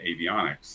avionics